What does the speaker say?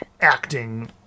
acting